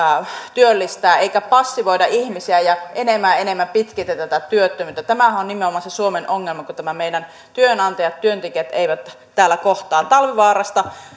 työllistää eikä passivoida ihmisiä ja enemmän ja enemmän pitkitetä työttömyyttä tämähän on nimenomaan se suomen ongelma kun meidän työnantajat ja työntekijät eivät täällä kohtaa talvivaarasta